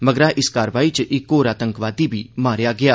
मगरा इस कार्रवाई च इक होर आतंकवादी बी मारेआ गेआ